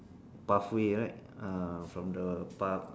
path way right ah from the park